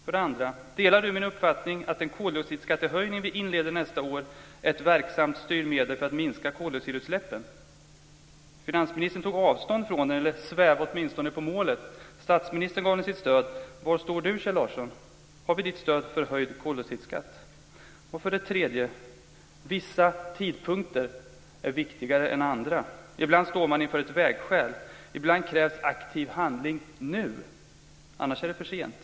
För det andra: Delar Kjell Larsson min uppfattning att den koldioxidskattehöjning som vi inleder nästa år är ett verksamt styrmedel för att minska koldioxidutsläppen? Finansministern tog avstånd från den, eller svävade åtminstone på målet. Statsministern gav den sitt stöd. Var står Kjell Larsson? Har vi miljöministerns stöd om en höjd koldioxidskatt? För det tredje: Vissa tidpunkter är viktigare än andra. Ibland står man inför ett vägskäl. Ibland krävs aktiv handling nu, annars är det för sent.